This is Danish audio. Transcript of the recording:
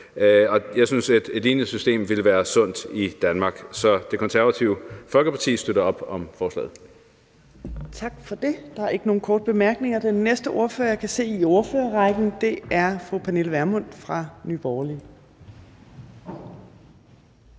jeg synes, at et lignende system ville være sundt i Danmark. Så Det Konservative Folkeparti støtter op om forslaget.